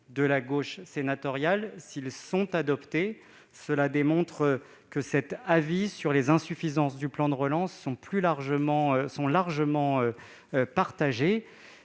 de la gauche sénatoriale sont adoptés, cela démontre que cet avis sur les insuffisances du plan de relance est largement partagé.